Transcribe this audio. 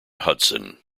hudson